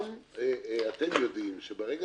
גם אתם יודעים שברגע